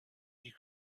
you